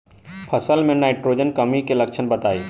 फसल में नाइट्रोजन कमी के लक्षण बताइ?